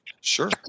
Sure